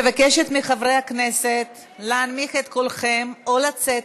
מטעם הרשימה המשותפת: במקום חבר הכנסת ג'מאל זחאלקה יכהן חבר הכנסת